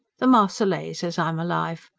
the marseillaise as i'm alive.